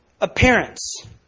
Appearance